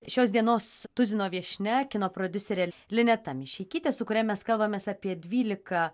šios dienos tuzino viešnia kino prodiuserė lineta mišeikytė su kuria mes kalbamės apie dvylika